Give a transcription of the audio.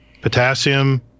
Potassium